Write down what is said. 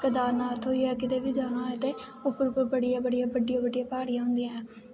केदार नाथ होई गे कुतै बी जाना होऐ ते उप्पर उप्पर बड़ियां बड्डियां बड्डियां प्हाड़ियां होंदियां